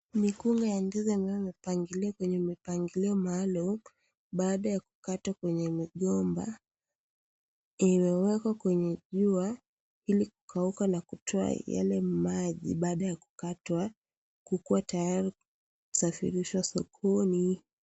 Mikunga ya ndizi ambayo imepangiliwa kwenye mipangilio maalum baada ya kukatwa kwenye migomba, imewekwa kwenye jua ili kukauka na kutoa yale maji baada ya kukatwa, kukua tayari kusafirishwa sokoni.